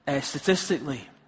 Statistically